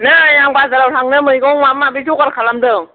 नै आं बाजाराव थांनो मैगं माबा माबि जगार खालामदों